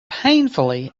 painfully